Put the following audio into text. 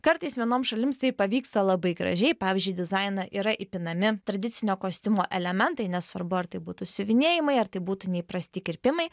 kartais vienoms šalims tai pavyksta labai gražiai pavyzdžiui į dizainą yra įpinami tradicinio kostiumo elementai nesvarbu ar tai būtų siuvinėjimai ar tai būtų neįprasti kirpimai